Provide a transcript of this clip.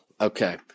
Okay